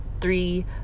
three